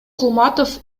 кулматов